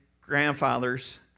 grandfather's